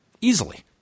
easily